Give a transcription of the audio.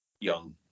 young